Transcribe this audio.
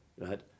right